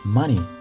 money